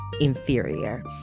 inferior